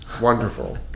Wonderful